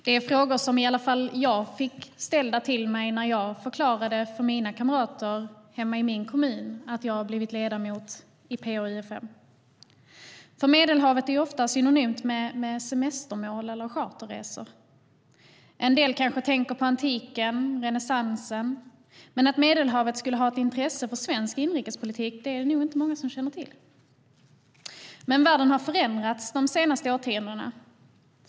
Det är frågor i alla fall jag fick när jag förklarade för mina kamrater i min hemkommun att jag blivit ledamot i PA-UfM. Medelhavet är ju ofta synonymt med semestermål och charterresor, och en del kanske tänker på antiken och renässansen. Men att Medelhavet skulle vara av intresse för svensk inrikespolitik är det nog inte många som känner till. Världen har dock förändrats de senaste årtiondena.